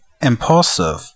Impulsive